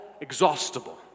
exhaustible